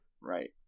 Right